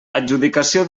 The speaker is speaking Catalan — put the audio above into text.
adjudicació